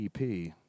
EP